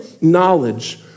knowledge